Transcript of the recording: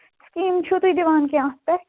scheme چھُو تُہۍ دِوان کیٚنٛہہ اَتھ پٮ۪ٹھ